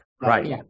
Right